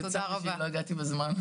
וצר לי שלא הגעתי בזמן.